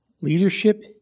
Leadership